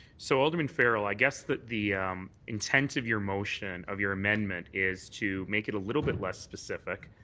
so alderman farrell, i guess the the intent of your motion of your amendment is to make it a little bit less specific